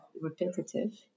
repetitive